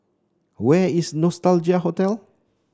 where is Nostalgia Hotel